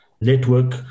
network